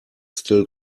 still